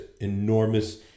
enormous